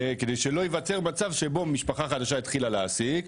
כדי שלא ייווצר מצב שבו משפחה חדשה התחילה להעסיק,